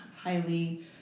highly